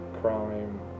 crime